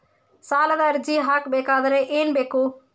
ಸಾಲದ ಅರ್ಜಿ ಹಾಕಬೇಕಾದರೆ ಏನು ಬೇಕು?